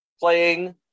playing